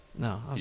No